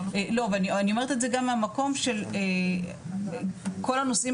אני אומרת את זה גם מהמקום של כל הנושאים